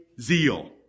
zeal